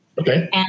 okay